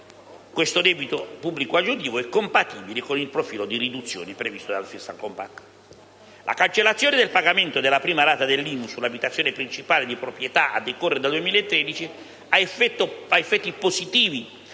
questo debito pubblico aggiuntivo è compatibile con il profilo di riduzione previsto dal *fiscal compact*. La cancellazione del pagamento della prima rata dell'IMU sull'abitazione principale di proprietà a decorrere dal 2013 ha effetti positivi